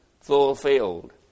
fulfilled